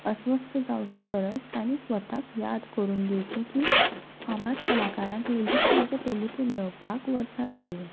अस्वस्थ जावचे परस तांणी स्वताक याद करून दिवचे की फामाद कलाकारांक लेगीत तांचे प्रभुत्व मेळोवपाक वर्सां लागलीं